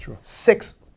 six